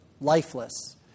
lifeless